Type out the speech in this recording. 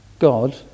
God